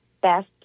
best